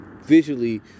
visually